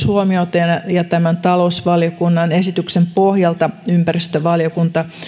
huomiota ja talousvaliokunnan esityksen pohjalta ympäristövaliokunta